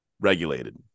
regulated